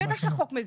בטח שהחוק מזיק.